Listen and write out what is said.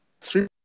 three